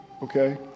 Okay